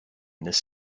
this